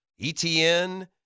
ETN